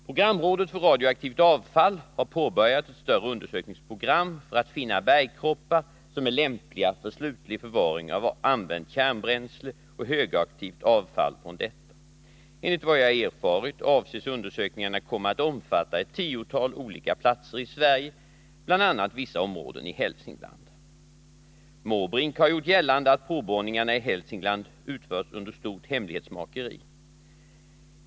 Programrådet för radioaktivt avfall har påbörjat ett större undersökningsprogram för att finna bergkroppar som är lämpliga för slutlig förvaring av använt kärnbränsle och högaktivt avfall från detta. Enligt vad jag erfarit 103 avses undersökningarna komma att omfatta ett tiotal olika platser i Sverige, bl.a. vissa områden i Hälsingland. Bertil Måbrink har gjort gällande att provborrningarna i Hälsingland utförs under stort hemlighetsmakeri.